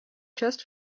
just